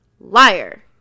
Liar